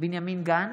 בנימין גנץ,